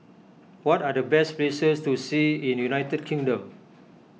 what are the best places to see in United Kingdom